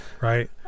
right